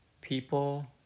people